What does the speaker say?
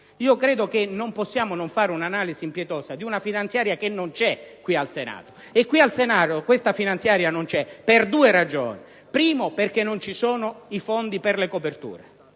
credo che non possiamo non fare un'analisi impietosa di una finanziaria che non c'è qui, al Senato. In questo ramo del Parlamento la finanziaria non c'è per due ragioni: innanzi tutto, non vi sono i fondi per le coperture